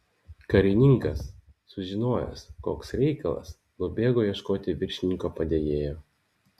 karininkas sužinojęs koks reikalas nubėgo ieškoti viršininko padėjėjo